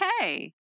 okay